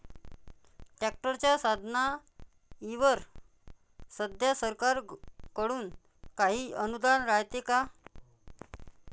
ट्रॅक्टरच्या साधनाईवर सध्या सरकार कडून काही अनुदान रायते का?